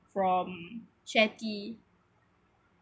from share tea